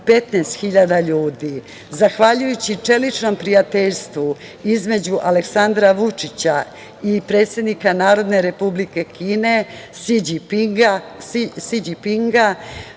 15.000 ljudi. Zahvaljujući čeličnom prijateljstvu između Aleksandra Vučića i predsednika Narodne Republike Kine Si Đinpinga,